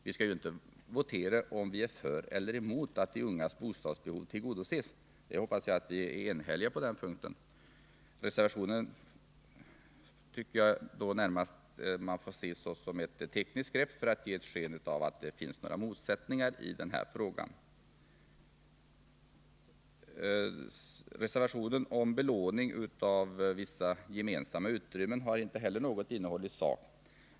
Vi skall inte votera om att vi är för eller emot att de ungas bostadsbehov tillgodoses — jag hoppas att vi är eniga på den punkten. Reservationen tycker jag man närmast får se som ett tekniskt grepp för att ge sken av att det finns några motsättningar i frågan. Reservationen om belåning av vissa gemensamma utrymmen har inte heller något innehåll i sak.